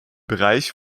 bereich